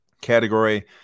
category